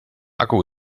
akku